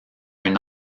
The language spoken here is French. une